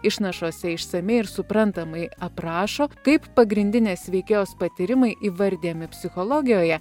išnašose išsamiai ir suprantamai aprašo kaip pagrindinės veikėjos patyrimai įvardijami psichologijoje